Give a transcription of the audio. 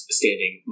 standing